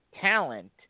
talent